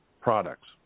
products